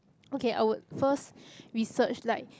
okay I would first research like